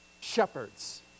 shepherds